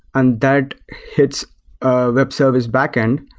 and that hits a web service backend.